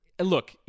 look